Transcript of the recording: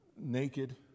Naked